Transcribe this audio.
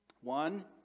One